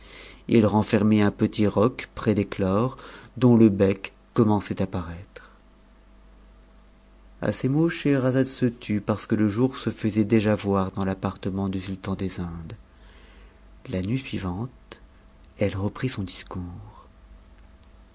ii renfermait un petit roc près d'éclore dont le bec commençait à paraître a ces mots scheherazade se tut parce que le jour se faisait déjà voir dans l'appartement du sultan des indes la nuit suivante elle reprit son discours